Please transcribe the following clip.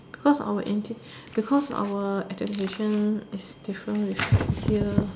because our interest because our education is different with here